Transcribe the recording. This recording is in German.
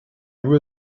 nur